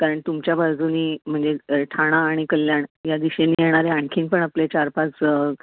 कारण तुमच्या बाजूने म्हणजे ठाणा आणि कल्याण या दिशेने येणारे आणखी पण आपले चार पाच